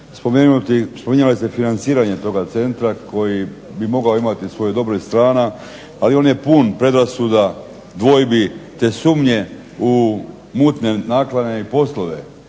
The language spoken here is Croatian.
spominjali ste financiranje toga centra koji bi mogao imati svojih dobrih strana ali on je pun predrasuda, dvojbi, te sumnje u mutne nakane i poslove